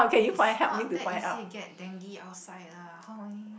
it's not easy to get dengue outside lah how only